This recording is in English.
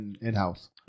in-house